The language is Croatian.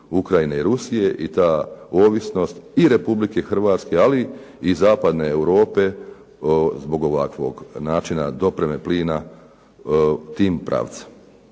Ukrajine i Rusije i ta ovisnost i Republike Hrvatske, ali i Zapadne Europe zbog ovakvog načina dopreme plina tim pravcem.